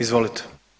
Izvolite.